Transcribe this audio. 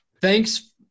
Thanks